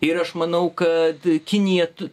ir aš manau kad kinija